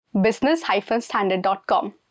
business-standard.com